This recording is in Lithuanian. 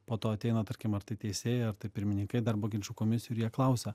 po to ateina tarkim ar tai teisėjai ar tai pirmininkai darbo ginčų komisijų ir jie klausia